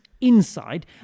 inside